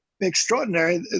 extraordinary